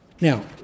Now